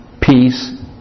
Peace